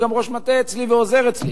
הוא גם ראש מטה אצלי ועוזר אצלי.